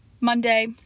Monday